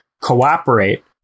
cooperate